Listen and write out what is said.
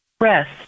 Rest